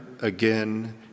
again